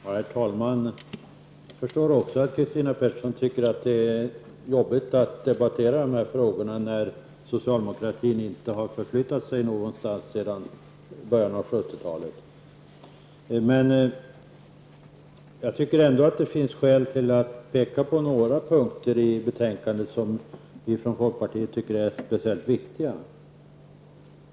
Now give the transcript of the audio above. Herr talman! Jag förstår också att Christina Pettersson tycker att det blir jobbigt att debattera de här frågorna, eftersom socialdemokratin inte har flyttat fram positionerna sedan början av 70 talet. Men jag tycker ändå att det finns skäl att peka på några punkter i betänkandet som vi i folkpartiet tycker är speciellt viktiga.